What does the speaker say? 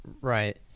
Right